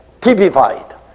typified